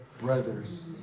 brothers